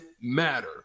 matter